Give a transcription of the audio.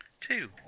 two